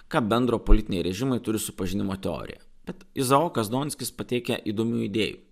ką bendro politiniai režimai turi su pažinimo teorija bet izaokas donskis pateikia įdomių idėjų